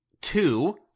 Two